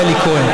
לשר אלי כהן,